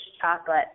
chocolate